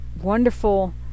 wonderful